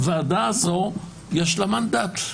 הוועדה הזאת יש לה מנדט.